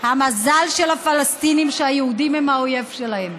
המזל של הפלסטינים הוא שהיהודים הם האויב שלהם.